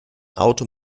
auto